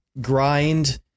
grind